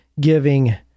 giving